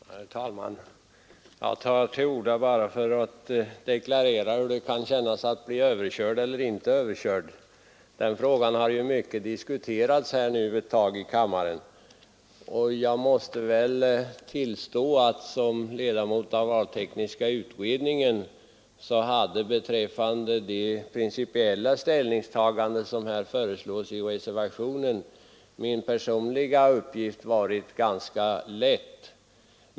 Herr talman! Jag tar till orda bara för att deklarera hur det kan kännas att bli eller inte bli överkörd. Den frågan har ju diskuterats ett tag i kammaren. Som ledamot i valtekniska utredningen måste jag tillstå att för mig personligen har det principiella ställningstagandet som här föreslås i reservationen varit ganska lätt.